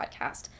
podcast